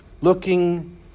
looking